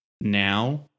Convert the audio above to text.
now